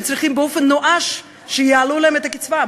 שצריכים באופן נואש שיעלו להם את הקצבה?